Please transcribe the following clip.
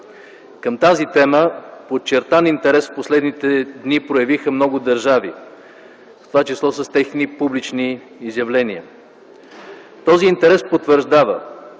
Към тази тема подчертан интерес в последните дни проявиха много държави, в това число с техни публични изявления. Този интерес потвърждава,